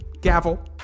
Gavel